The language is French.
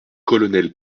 colonel